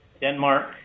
Denmark